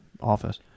office